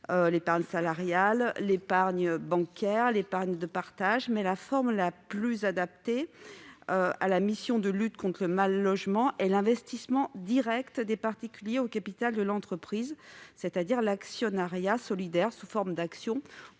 épargne salariale solidaire, épargne bancaire solidaire, épargne de partage -, la forme la mieux adaptée à la mission de lutte contre le mal-logement est l'investissement direct des particuliers au capital de l'entreprise, c'est-à-dire l'actionnariat solidaire sous forme d'actions